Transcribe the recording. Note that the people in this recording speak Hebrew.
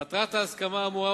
מטרת ההסכמה האמורה,